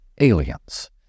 aliens